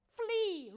flee